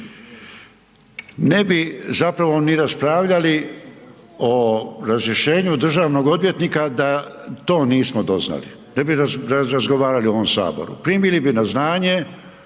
Ne bi zapravo ni raspravljali o razrješenju državnog odvjetnika da to nismo doznali, ne bi razgovarali u ovom HS, primili bi na znanje